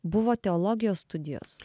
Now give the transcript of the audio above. buvo teologijos studijos